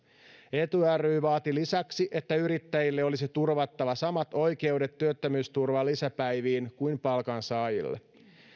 eetu ry vaati lisäksi että yrittäjille olisi turvattava samat oikeudet työttömyysturvan lisäpäiviin kuin palkansaajille